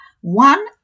One